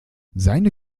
seine